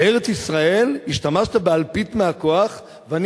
בארץ-ישראל השתמשת באלפית מהכוח ואני